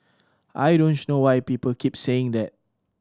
I don't know why people keep saying that